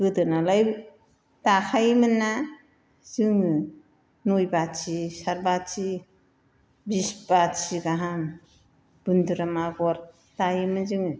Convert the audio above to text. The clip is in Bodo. गोदोनालाय दाखायोमोनना जोङो नय बाथि सात बाथि बिस बाथि गाहाम बोन्द्रोम आगर दायोमोन जोङो